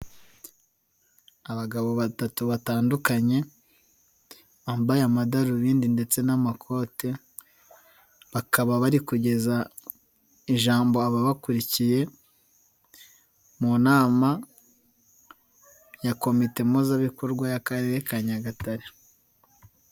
Abagabo batatu batandukanye, bambaye amadarubindi ndetse n'amakote, bakaba bari kugeza, ijambo ababakurikiye, mu nama, ya komite mpuzabikorwa y'akarere ka Nyagatare.